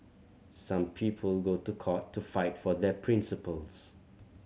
some people go to court to fight for their principles